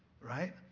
right